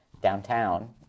downtown